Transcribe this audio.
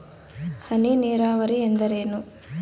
ಹನಿ ನೇರಾವರಿ ಎಂದರೇನು?